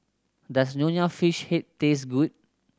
does Nonya Fish Head taste good